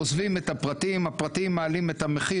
עוזבים את הפרטים הפרטיים מעלים את המחיר